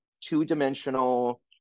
two-dimensional